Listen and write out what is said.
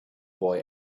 boy